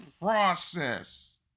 process